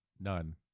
none